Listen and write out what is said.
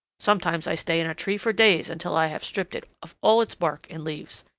sometimes i stay in a tree for days until i have stripped it of all its bark and leaves.